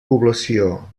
població